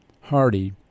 Hardy